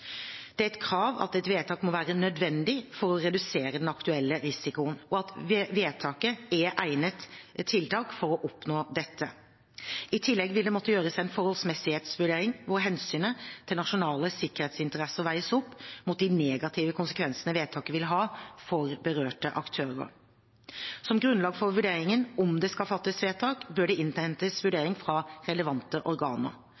Det er et krav at et vedtak må være nødvendig for å redusere den aktuelle risikoen, og at vedtaket er et egnet tiltak for å oppnå dette. I tillegg vil det måtte gjøres en forholdsmessighetsvurdering der hensynet til nasjonale sikkerhetsinteresser veies opp mot de negative konsekvensene vedtaket vil ha for berørte aktører. Som grunnlag for vurderingen av om det skal fattes vedtak, bør det innhentes vurderinger fra relevante organer.